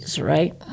right